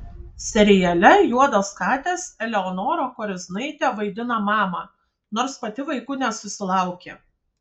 seriale juodos katės eleonora koriznaitė vaidina mamą nors pati vaikų nesusilaukė